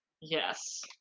Yes